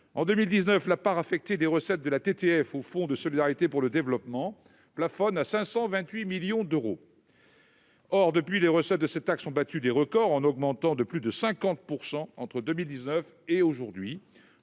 en 2019, la part des recettes de la TTF au fonds de solidarité pour le développement, plafonne à 528 millions d'euros. Or, depuis les recettes de cette taxe ont battu des records en augmentant de plus de 50 % entre 2000 19 et aujourd'hui